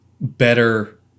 better